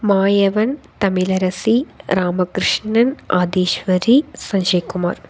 Mayavan Tamilarasi Ramakrishnan Aadheeshwari Sanjay Kumar